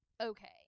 Okay